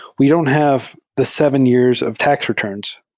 we don't have the seven years of tax returns